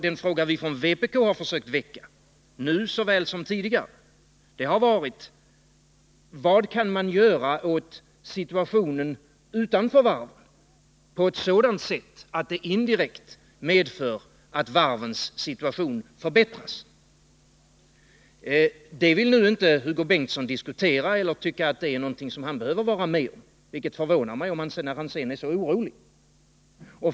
Den fråga som vi från vpk har försökt att väcka såväl nu som tidigare har varit: Vad kan man göra åt situationen utanför varven för att därmed indirekt medverka till en förbättring av varvens situation? Den frågan vill Hugo Bengtsson inte diskutera nu. Han tycker inte att det är något som han behöver vara med om, vilket förvånar mig eftersom han ju är så orolig.